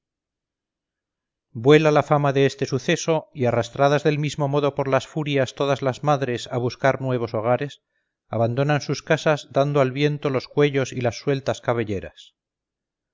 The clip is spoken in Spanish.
vuela la fama de este suceso y arrastradas del mismo modo por la furias todas las madres a buscar nuevos hogares abandonan sus casas dando al viento los cuellos y las sueltas cabelleras